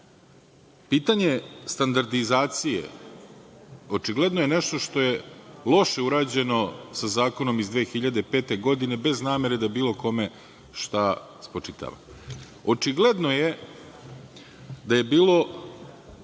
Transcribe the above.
standardizacije očigledno je nešto što je loše urađeno sa zakonom iz 2005. godine bez namere da bilo kome šta spočitava. Očigledno je da je bilo